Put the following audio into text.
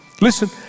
Listen